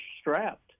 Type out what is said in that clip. strapped